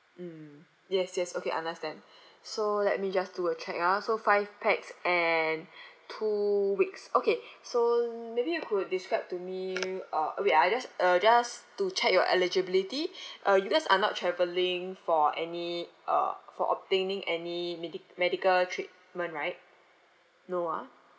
mm yes yes okay understand so let me just do a check ah so five pax and two weeks okay so maybe you could describe to me uh wait ah just uh just to check your eligibility uh you guys are not travelling for any uh for obtaining any medi~ medical treatment right no ah